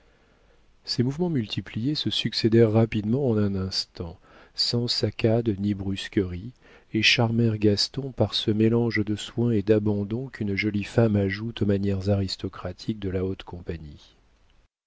ces mouvements multipliés se succédèrent rapidement en un instant sans saccades ni brusquerie et charmèrent gaston par ce mélange de soin et d'abandon qu'une jolie femme ajoute aux manières aristocratiques de la haute compagnie